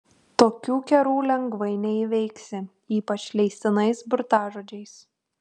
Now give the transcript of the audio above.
tokių kerų lengvai neįveiksi ypač leistinais burtažodžiais